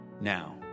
Now